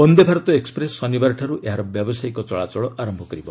Vande Bharat express ଶନିବାରଠାରୁ ଏହାର ବ୍ୟବସାୟିକ ଚଳାଚଳ ଆରମ୍ଭ କରିବ